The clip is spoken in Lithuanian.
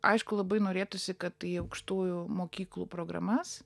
aišku labai norėtųsi kad į aukštųjų mokyklų programas